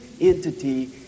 entity